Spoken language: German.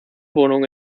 wohnung